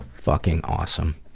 fucking awesome.